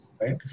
right